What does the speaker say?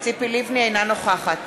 אינה נוכחת